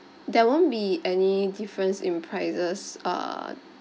there won't be any difference in prices err